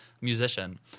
musician